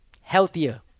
healthier